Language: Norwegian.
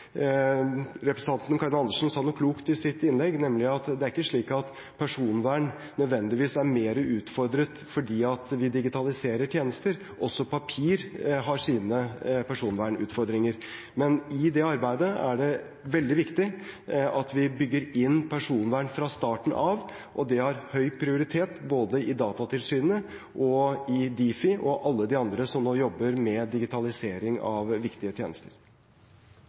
Representanten Karin Andersen sa noe klokt i sitt innlegg, nemlig at det er ikke slik at personvern nødvendigvis er mer utfordret fordi vi digitaliserer tjenester – også papir har sine personvernutfordringer. Men i det arbeidet er det veldig viktig at vi bygger inn personvern fra starten av, og det har høy prioritet både i Datatilsynet, i Difi og for alle de andre som jobber med digitalisering av viktige tjenester.